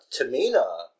Tamina